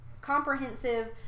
comprehensive